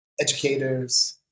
educators